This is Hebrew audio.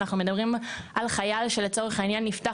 אנחנו מדברים על חייל שלצורך העניין נפתח